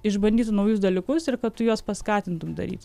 išbandytų naujus dalykus ir kad tu juos paskatintum daryt